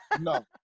no